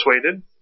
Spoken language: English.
persuaded